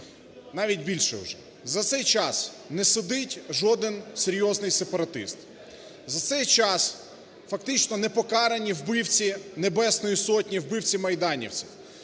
навіть більше вже. За цей час не сидить жоден серйозний сепаратист, за цей час, фактично, не покарані вбивці Небесної Сотні, вбивці майданівців.